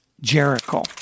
Jericho